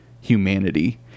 humanity